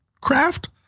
craft